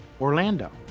orlando